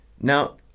now